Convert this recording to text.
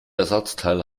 ersatzteil